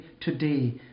today